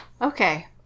Okay